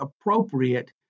appropriate